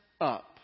up